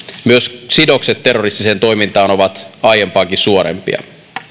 myös sidokset terroristiseen toimintaan ovat aiempaakin suorempia